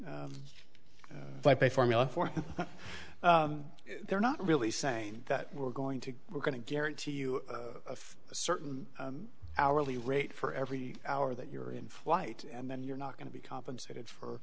why pay formula for they're not really saying that we're going to we're going to guarantee you a certain hourly rate for every hour that you're in flight and then you're not going to be compensated for